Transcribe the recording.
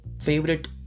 favorite